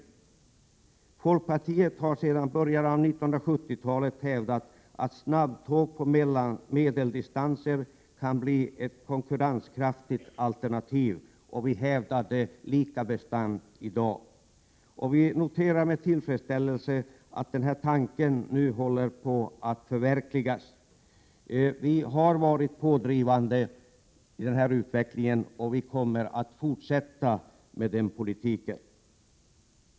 Vi i folkpartiet har sedan början av 1970-talet hävdat att snabbtåg på medeldistanser kan bli ett konkurrenskraftigt alternativ. Vi hävdar detta lika bestämt i dag. Vi noterar med tillfredsställelse att denna tanke nu håller på att förverkligas. Vi har varit pådrivande i denna utveckling, och vi kommer att fortsätta med denna politik.